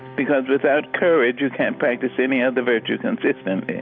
because without courage you can't practice any other virtue consistently.